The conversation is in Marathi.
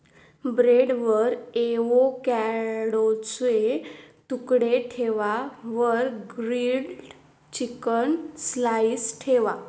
ब्रेडवर एवोकॅडोचे तुकडे ठेवा वर ग्रील्ड चिकन स्लाइस ठेवा